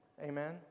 Amen